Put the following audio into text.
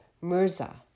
Mirza